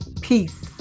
peace